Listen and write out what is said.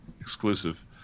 exclusive